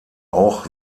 auch